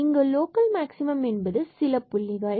இங்கு local maximum என்பது சில புள்ளிகள்